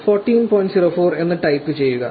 04 എന്ന് ടൈപ്പ് ചെയ്യുക